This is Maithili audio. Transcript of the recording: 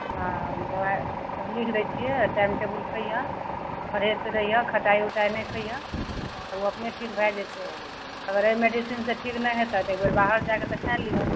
हँ हम दवाइ सब लिखि दै छिए टाइम टेबुल खइहऽ परहेजसे रहिहऽ खटाइ उटाइ नहि खइहऽ तब ओ अपने ठीक भए जएतै अगर एहि मेडिसिनसे ठीक नहि हेतै तऽ एकबेर बाहर जाके देखै लिहऽ